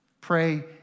Pray